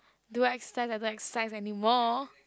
do I exercise I don't exercise anymore